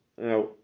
now